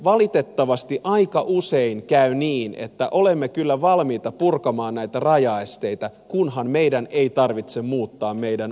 valitettavasti aika usein käy niin että olemme kyllä valmiita purkamaan näitä rajaesteitä kunhan meidän ei tarvitse muuttaa omaa lainsäädäntöämme